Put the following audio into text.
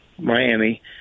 Miami